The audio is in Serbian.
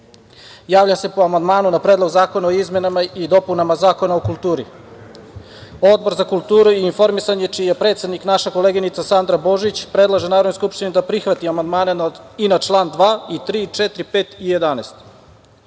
javljam se po amandmanu na Predlog zakona o izmenama i dopunama Zakona o kulturi. Odbor za kulturu i informisanje, čiji je predsednik naša koleginica Sandra Božić, predlaže Narodnoj skupštini da prihvati amandmane i na čl. 2, 3, 4, 5. i